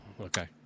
Okay